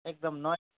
एकदम न